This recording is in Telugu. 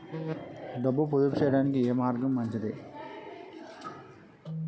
డబ్బు పొదుపు చేయటానికి ఏ మార్గం మంచిది?